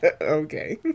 Okay